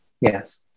Yes